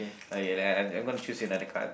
okay uh I'm gonna choose you another card